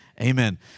amen